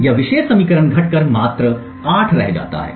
यह विशेष समीकरण घटकर मात्र 8 रह जाता है